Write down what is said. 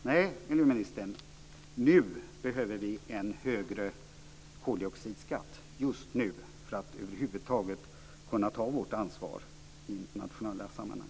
Nej, miljöministern, nu behöver vi en högre koldioxidskatt för att över huvud taget kunna ta vårt ansvar i internationella sammanhang.